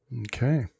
Okay